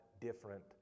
different